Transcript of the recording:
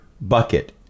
bucket